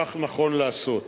כך נכון לעשות.